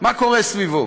מה קורה סביבו.